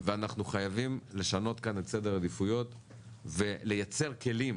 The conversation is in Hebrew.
ואנחנו חייבים לשנות כאן את סדר העדיפויות ולייצר כלים